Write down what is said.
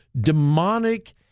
demonic